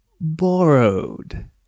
borrowed